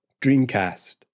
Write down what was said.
Dreamcast